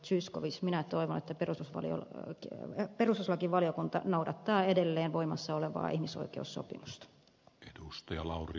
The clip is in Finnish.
zyskowicz minä toivon että perustuslakivaliokunta noudattaa edelleen voimassa olevaa ihmisoikeussopimusta